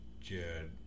Jed